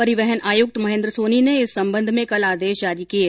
परिवहन आयुक्त महेंद्र सोनी ने इस संबंध में कल आदेश जारी किये